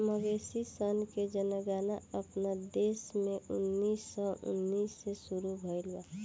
मवेशी सन के जनगणना अपना देश में उन्नीस सौ उन्नीस से शुरू भईल बा